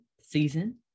season